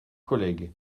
collègues